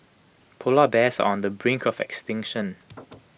Polar Bears are on the brink of extinction